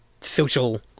social